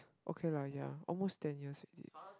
okay lah ya almost ten years already